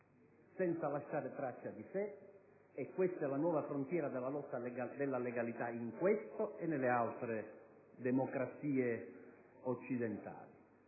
senza lasciare traccia di sé e questa è la nuova frontiera della lotta per la legalità in questa e nelle altre democrazie occidentali.